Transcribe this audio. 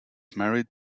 married